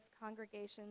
congregations